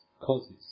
Causes